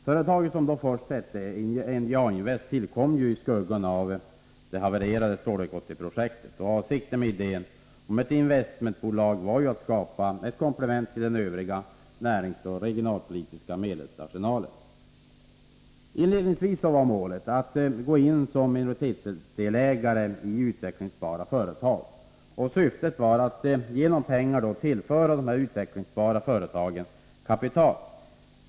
Företaget, som först hette NJA-Invest, tillkom i skuggan av det havererade stålverk-80-projektet. Avsikten med idén om ett investmentbolag var att skapa ett komplement till den övriga näringspolitiska och regionalpolitiska medelsarsenalen. Inledningsvis var målet att gå in som minoritetsdelägare i utvecklingsbara företag. Syftet var att genom pengar tillföra dessa utvecklingsbara företag kapital.